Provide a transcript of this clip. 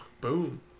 Boom